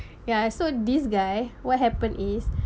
ya so this guy what happen is